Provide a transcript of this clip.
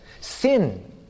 Sin